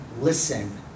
listen